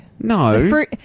No